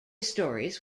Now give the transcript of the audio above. stories